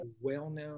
well-known